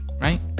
right